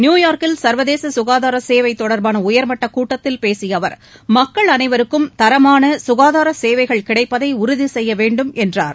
நியூயார்க்கில் சர்வதேச சுகாதார சேவை தொடர்பான உயர்மட்டக் கூட்டத்தில் பேசிய அவர் மக்கள் அனைவருக்கும் தரமான சுகாதார சேவைகள் கிடைப்பதை உறுதி செய்ய வேண்டும் என்றார்